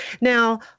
Now